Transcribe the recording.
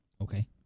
Okay